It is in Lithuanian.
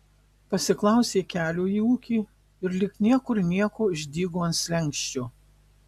pasiklausė kelio į ūkį ir lyg niekur nieko išdygo ant slenksčio